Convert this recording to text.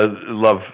love